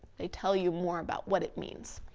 they tell you more about what it means.